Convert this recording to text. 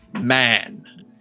man